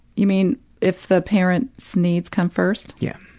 you mean if the parent's so needs come first? yeah.